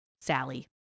Sally